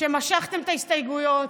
שמשכתם את ההסתייגויות,